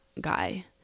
guy